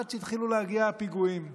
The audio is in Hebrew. עד שהתחילו להגיע הפיגועים.